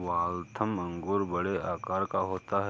Waltham अंगूर बड़े आकार का होता है